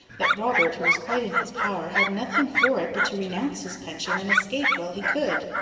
that robert, who was quite in his power, had nothing for it but to renounce his pension and escape while he could.